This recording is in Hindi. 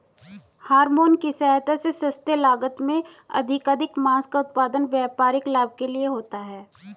हॉरमोन की सहायता से सस्ते लागत में अधिकाधिक माँस का उत्पादन व्यापारिक लाभ के लिए होता है